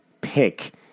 pick